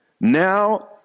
Now